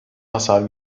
hasar